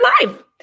live